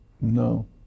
no